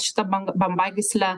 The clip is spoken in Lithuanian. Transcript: šitą bang bambagyslę